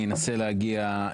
אני אנסה להגיע.